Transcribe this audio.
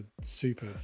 super